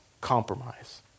compromise